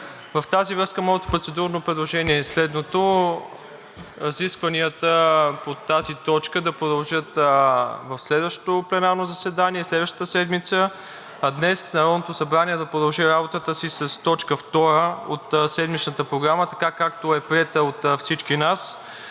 В тази връзка моето процедурно предложение е следното – разискванията по тази точка да продължат в следващото пленарно заседание следващата седмица, а днес Народното събрание да продължи работата си с т. 2 от седмичната Програма така, както е приета от всички нас.